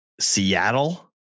Seattle